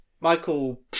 Michael